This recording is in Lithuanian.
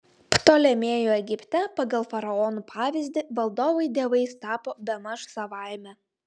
ptolemėjų egipte pagal faraonų pavyzdį valdovai dievais tapo bemaž savaime